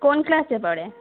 কোন ক্লাসে পড়ে